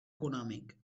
econòmic